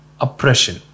oppression